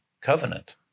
covenant